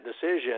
decision